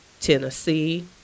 Tennessee